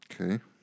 Okay